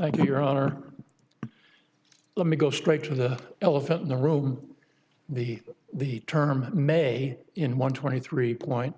minute your honor let me go straight to the elephant in the room the the term may in one twenty three point